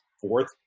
fourth